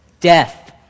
death